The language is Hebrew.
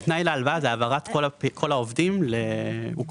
אם תנאי להלוואה זה העברת כל העובדים לאוקראינה.